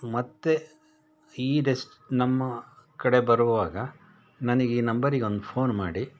ಮತ್ತೆ ಈ ಡೆಸ್ಟ್ ನಮ್ಮ ಕಡೆ ಬರುವಾಗ ನನಗೆ ಈ ನಂಬರಿಗೊಂದು ಫೋನ್ ಮಾಡಿ